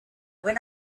when